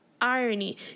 irony